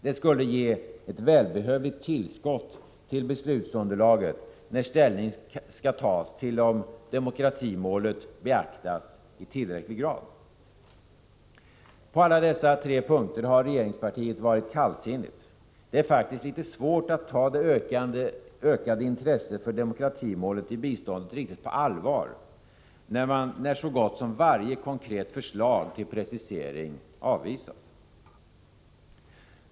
Det skulle ge ett välbehövligt tillskott till beslutsunderlaget när ställning skall tas till om demokratimålet beaktas i tillräckligt hög grad. På alla dessa tre punkter har regeringspartiet varit kallsinnigt. Det är faktiskt litet svårt att ta det ökade intresset för demokratimålet i biståndet riktigt på allvar när så gott som varje konkret förslag till precisering avvisas.